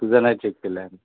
तुझा नाही चेक केला आहे